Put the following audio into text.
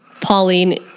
Pauline